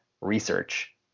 research